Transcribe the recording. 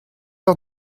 eur